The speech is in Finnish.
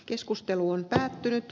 keskustelu on päättynyt